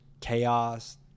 chaos